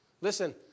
Listen